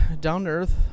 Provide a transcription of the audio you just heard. down-to-earth